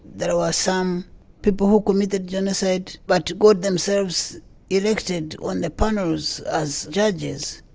there were some people who committed genocide but got themselves elected on the panels as judges.